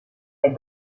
est